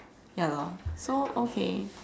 ya loh so okay